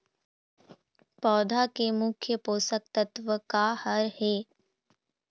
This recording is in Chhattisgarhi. पौधा के मुख्य पोषकतत्व का हर हे?